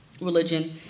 religion